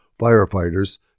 Firefighters